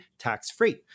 tax-free